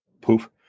Poof